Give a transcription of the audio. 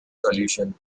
solution